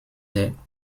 der